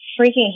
freaking